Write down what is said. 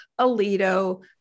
Alito